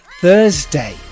Thursday